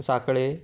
Sanquelim